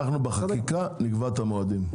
אנחנו בחקיקה נקבע את המועדים.